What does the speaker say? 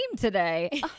today